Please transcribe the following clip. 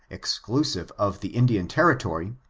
exclusive of the indian territory,